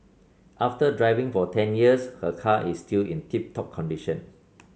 after driving for ten years her car is still in tip top condition